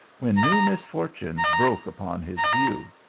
when new misfortunes broke upon his view.